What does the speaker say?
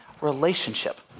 relationship